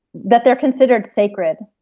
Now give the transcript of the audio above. that they're considered sacred.